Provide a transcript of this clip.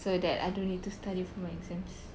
so that I don't need to study for my exams